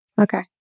Okay